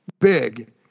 big